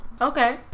Okay